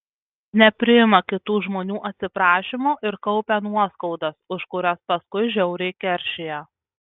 nepriima kitų žmonių atsiprašymo ir kaupia nuoskaudas už kurias paskui žiauriai keršija